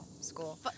school